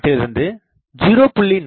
3 இருந்து 0